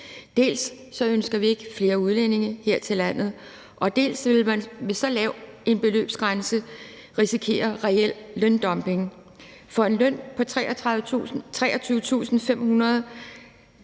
Dels ønsker vi ikke flere udlændinge her til landet, dels vil man med en så lav beløbsgrænse risikere reel løndumping. Med en løn på 23.500 kr.